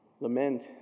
Lament